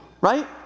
Right